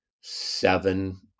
seven